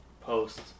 post